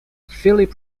philip